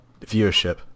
viewership